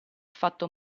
fatto